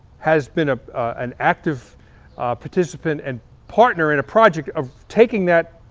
has been ah an active participant and partner in a project of taking that